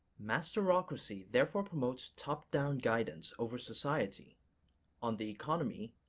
masterocracy therefore promotes top-down guidance over society on the economy,